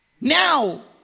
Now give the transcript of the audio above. Now